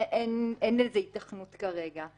אין לזה היתכנות כרגע,